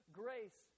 grace